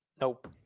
Nope